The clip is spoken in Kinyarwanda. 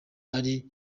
ari